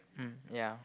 mm yeah